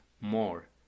more